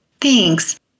Thanks